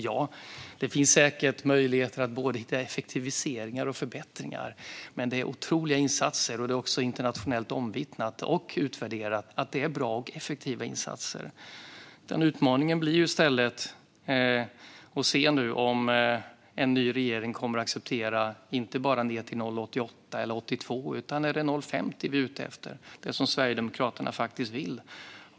Ja, det går säkert att göra både effektiviseringar och förbättringar. Men det är internationellt omvittnat och utvärderat att det sker bra och effektiva insatser. Utmaningen blir i stället att se om en ny regering kommer att acceptera en sänkning till 0,88 eller 0,82 eller om det blir fråga om 0,50 - det Sverigedemokraterna faktiskt vill.